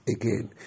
again